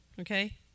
Okay